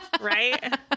right